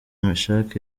mechack